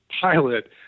pilot